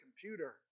computer